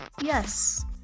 Yes